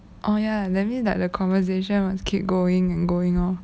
oh ya that means like the conversation must keep going and going oh